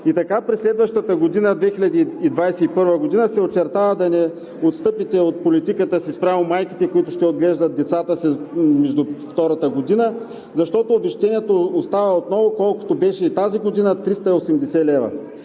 И така, през следващата 2021 г. се очертава да не отстъпите от политиката си спрямо майките, които ще отглеждат децата си между първата и втората година, защото обезщетението остава отново колкото беше и през тази година – 380 лв.